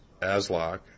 Aslock